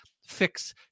fix